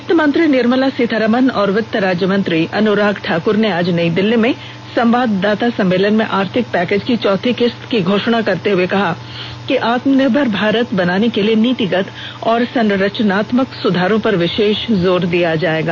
वित्तमंत्री निर्मला सीतारामन और वित्त राज्यमंत्री अनुराग ठाकुर ने आज नई दिल्ली में संवाददाता सम्मेलन में आर्थिक पैकेज की चौथी किस्त की घोषणा करते हुए कहा कि आत्मनिर्भर भारत बनाने के लिए नीतिगत और संरचनात्मक सुधारों पर विशेष जोर दिया जाएगा